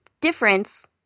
difference